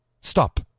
stop